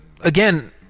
again